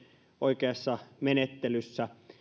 oikeassa menettelyssä